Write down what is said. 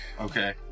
Okay